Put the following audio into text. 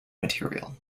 material